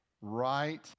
right